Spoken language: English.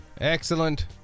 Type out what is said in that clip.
Excellent